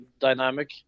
dynamic